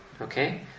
okay